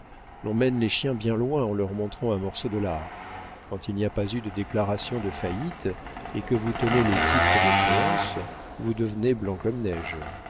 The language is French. l'on mène les chiens bien loin en leur montrant un morceau de lard quand il n'y a pas eu de déclaration de faillite et que vous tenez les titres de créances vous devenez blanc comme neige